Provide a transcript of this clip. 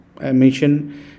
emission